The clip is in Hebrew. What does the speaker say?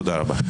תודה רבה.